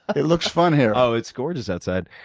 it looks fun here. oh, it's gorgeous outside.